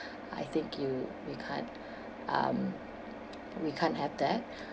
I think you we can't um we can't have that